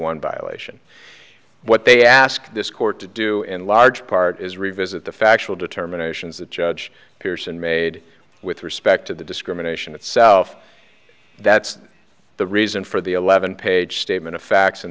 one violation what they ask this court to do in large part is revisit the factual determinations that judge pearson made with respect to the discrimination itself that's the reason for the eleven page statement of facts in